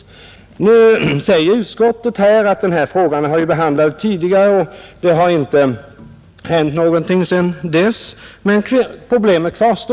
Utskottet framhåller att denna fråga behandlats tidigare och att det inte har hänt något sedan statsbidragen till familjedaghem infördes.